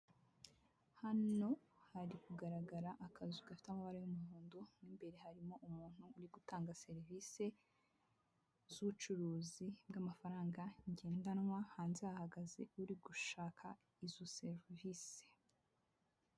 Hano hari kugaragara akazu gafite amabara y'umuhondo imbere harimo umuntu uri gutanga serivisi z'ubucuruzi bw'amafaranga ngendanwa hanze hahagaze uri gushaka izo serivisi.